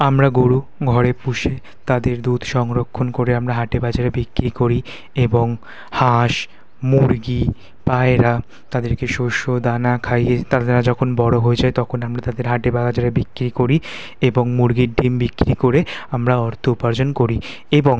আমরা গরু ঘরে পুষে তাদের দুধ সংরক্ষণ করে আমরা হাটে বাজারে বিক্রি করি এবং হাঁস মুরগি পায়রা তাদেরকে শস্য দানা খাইয়ে তারা যখন বড় হয়ে যায় তখন আমরা তাদের হাটে বাজারে বিক্রি করি এবং মুরগির ডিম বিক্রি করে আমরা অর্থ উপার্জন করি এবং